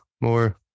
more